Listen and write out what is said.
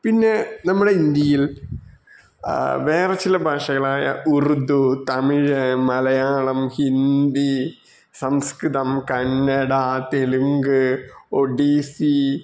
പിന്നെ നമ്മുടെ ഇന്ത്യയിൽ വേറെ ചില ഭാഷകളായ ഉറുദു തമിഴ് മലയാളം ഹിന്ദി സംസ്കൃതം കന്നഡ തെലുങ്ക് ഒഡീസി